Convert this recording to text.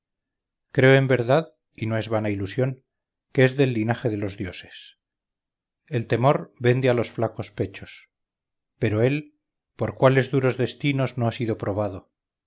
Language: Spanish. creo en verdad y no es vana ilusión que es del linaje de los dioses el temor vende a los flacos pechos pero él por cuáles duros destinos no ha sido probado